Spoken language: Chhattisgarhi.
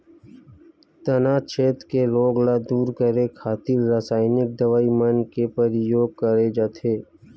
तनाछेद के रोग ल दूर करे खातिर रसाइनिक दवई मन के परियोग करे जाथे